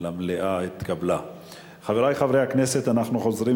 הכנסת להעביר את הצעת חוק ההתייעלות הכלכלית (תיקוני